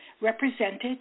represented